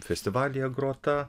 festivalyje grota